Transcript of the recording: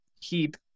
keep